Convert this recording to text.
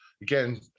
Again